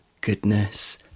Goodness